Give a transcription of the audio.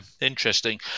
interesting